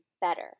better